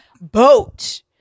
boat